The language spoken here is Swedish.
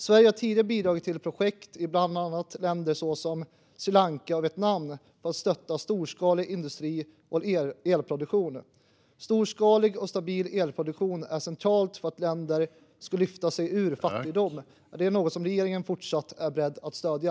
Sverige har tidigare bidragit till projekt i bland annat länder som Sri Lanka och Vietnam för att stötta storskalig industri och elproduktion. Storskalig och stabil elproduktion är centralt för att länder ska lyfta sig ur fattigdom. Är detta något som regeringen fortsatt är beredd att stödja?